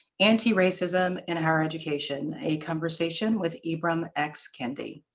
anti-racism in higher education a conversation with ibram x. kendi.